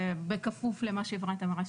בכפוף למה שאפרת אמרה,